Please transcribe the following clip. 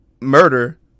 murder